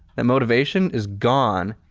the motivation, is gone.